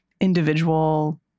individual